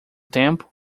tempo